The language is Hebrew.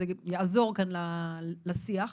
זה יעזור כאן לשיח,